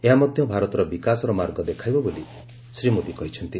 ଏହା ମଧ୍ୟ ଭାରତର ବିକାଶର ମାର୍ଗ ଦେଖାଇବ ବୋଲି ଶ୍ରୀ ମୋଦି କହିଛନ୍ତି